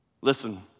Listen